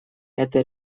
это